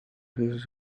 his